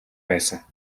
байсан